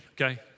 okay